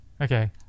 okay